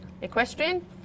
Equestrian